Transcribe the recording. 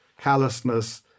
callousness